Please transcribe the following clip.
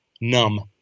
numb